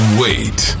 wait